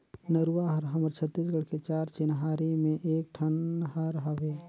नरूवा हर हमर छत्तीसगढ़ के चार चिन्हारी में एक ठन हर हवे